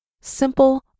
simple